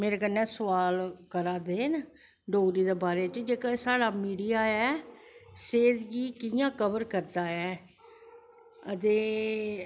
मेरै कन्नैं सोआल करा दे न डोगरी दे बारे च जेह्का साढ़ा मिडिया ऐ सेह्त गी कियां कवर करदा ऐ ते